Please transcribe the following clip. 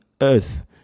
earth